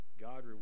God